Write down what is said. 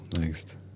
next